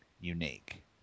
unique